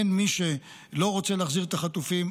אין מי שלא רוצה להחזיר את החטופים,